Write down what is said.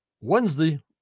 Wednesday